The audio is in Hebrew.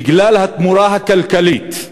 בגלל התמורה הכלכלית,